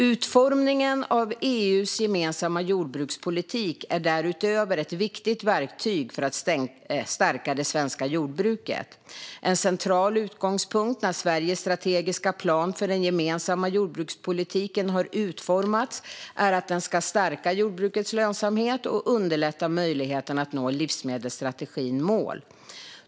Utformningen av EU:s gemensamma jordbrukspolitik är därutöver ett viktigt verktyg för att stärka det svenska jordbruket. En central utgångspunkt när Sveriges strategiska plan för den gemensamma jordbrukspolitiken har utformats är att den ska stärka jordbrukets lönsamhet och underlätta möjligheten att nå livsmedelsstrategins mål.